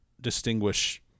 distinguish